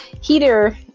heater